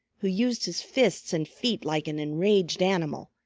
who used his fists and feet like an enraged animal,